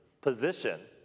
position